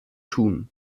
tun